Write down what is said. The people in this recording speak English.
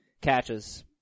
catches